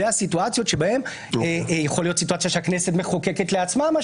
הסיטואציות בהן יכולה להיות סיטואציה שהכנסת מחוקקת לעצמה.